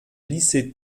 lycée